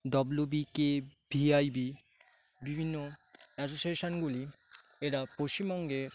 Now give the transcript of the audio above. W B K V I B বিভিন্ন অ্যাসোসিয়েশনগুলি এরা পশ্চিমবঙ্গে